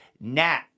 Nat